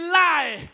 lie